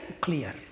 clear